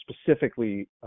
specifically